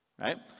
right